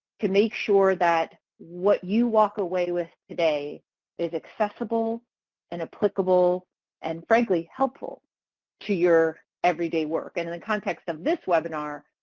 to make sure that what you walk away with today is accessible and applicable and frankly helpful to your everyday work. and in the context of this webinar,